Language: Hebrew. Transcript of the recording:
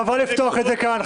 חבל לפתוח את זה כאן,